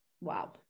wow